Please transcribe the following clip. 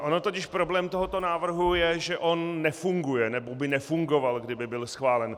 On totiž problém tohoto návrhu je, že on nefunguje, nebo by nefungoval, kdyby byl schválen.